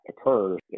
occurs